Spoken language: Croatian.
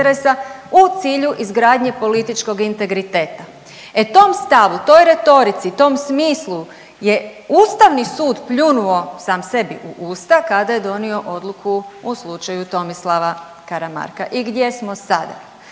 u cilju izgradnje političkog integriteta. E tom stavu, toj retorici, tom smislu je Ustavni sud pljunuo sam sebi u usta kada je donio odluku u slučaju Tomislava Karamarka i gdje smo sada?